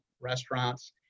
restaurants